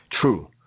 true